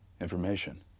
information